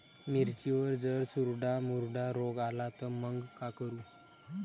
मिर्चीवर जर चुर्डा मुर्डा रोग आला त मंग का करू?